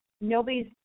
nobody's